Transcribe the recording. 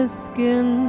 skin